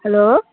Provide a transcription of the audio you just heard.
hello